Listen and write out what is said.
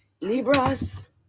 Libras